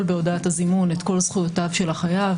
בהודעת הזימון את כל זכויותיו של החייב.